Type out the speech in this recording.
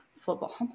football